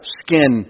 skin